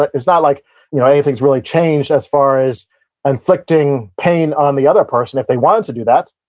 but it's not like you know anything's really changed as far as inflicting pain on the other person, if they wanted to do that.